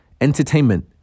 entertainment